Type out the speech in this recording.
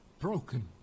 broken